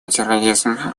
терроризма